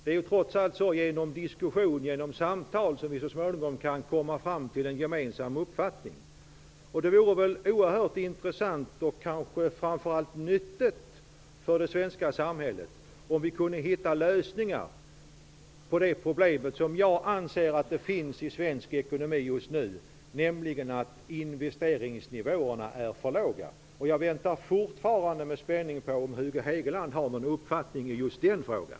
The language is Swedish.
Det är ju trots allt genom diskussion och samtal som vi så småningom kan komma fram till en gemensam uppfattning. Det vore oerhört intressant och kanske framför allt nyttigt för det svenska samhället om vi kunde hitta lösningar på det problem som jag anser finns i svensk ekonomi just nu, nämligen att investeringsnivåerna är för låga. Jag väntar fortfarande med spänning på att få höra Hugo Hegelands uppfattning i just den frågan.